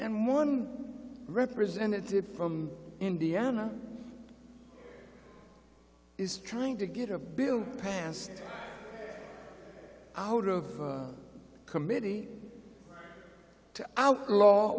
and one representative from indiana is trying to get a bill passed out of committee